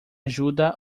ajuda